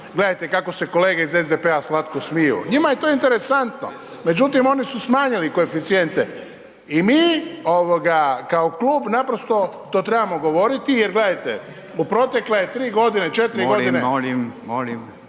Gledajte kako se kolege iz SDP-a slatko smiju, njima je to interesantno, međutim oni su smanjili koeficijente i mi kao klub naprosto to trebamo govoriti jer gledajte, u protekle 3 g., 4 g.